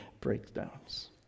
breakdowns